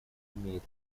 имеет